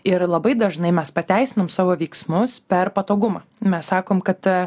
ir labai dažnai mes pateisinam savo veiksmus per patogumą mes sakom kad